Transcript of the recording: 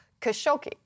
Khashoggi